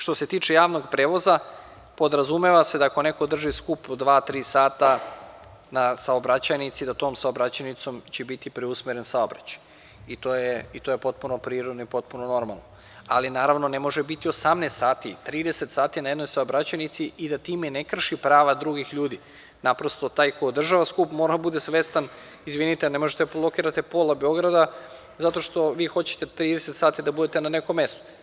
Što se tiče javnog prevoza, podrazumeva se da ako neko drži skup po dva-tri sata na saobraćajnici da tom saobraćajnicom će biti preusmeren saobraćaj i to je potpuno prirodno i potpuno normalno, ali naravno ne može biti 18 sati i 30 sati na jednoj saobraćajnici i da time ne krši prava drugih ljudi, naprosto taj ko održava skup mora da bude svestan, izvinite ne možete da blokirate pola Beograda, zato što vi hoćete 30 sati da budete na nekom mestu.